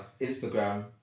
Instagram